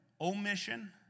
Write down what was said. omission